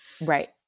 Right